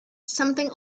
something